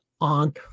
on